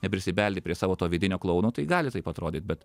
neprisibeldi prie savo to vidinio klouno tai gali taip atrodyt bet